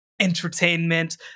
Entertainment